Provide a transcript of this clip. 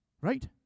Right